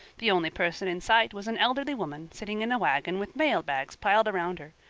the only person in sight was an elderly woman, sitting in a wagon with mail bags piled around her.